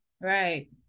Right